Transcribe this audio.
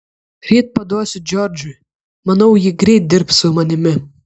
ryt paduosiu džordžui manau ji greit dirbs su manimi